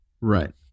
Right